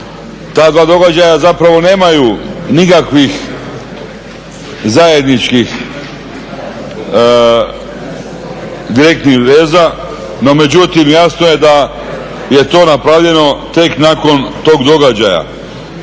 Ta dva događaja zapravo nemaju nikakvih zajedničkih direktnih veza, no međutim jasno je da je to napravljeno tek nakon tog događaja.